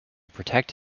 protect